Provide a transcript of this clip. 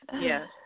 Yes